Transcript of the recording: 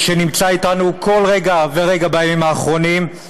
שנמצא אתנו כל רגע ורגע בימים האחרונים.